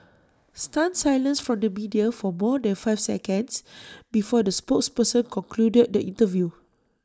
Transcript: stunned silence from the media for more than five seconds before the spokesperson concluded the interview